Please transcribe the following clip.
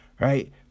right